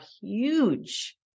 huge